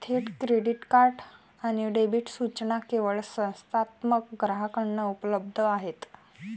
थेट क्रेडिट आणि डेबिट सूचना केवळ संस्थात्मक ग्राहकांना उपलब्ध आहेत